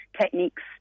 techniques